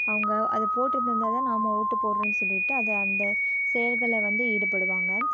அவங்க அதை போட்டு தந்தால் தான் நாம் ஓட்டு போடுறோம்ணு சொல்லிட்டு அது அந்த செயல்களில் வந்து ஈடுபடுவாங்க